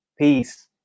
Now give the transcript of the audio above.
peace